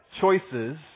choices